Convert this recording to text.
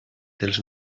dels